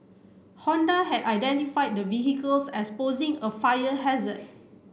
Honda had identified the vehicles as posing a fire hazard